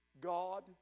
God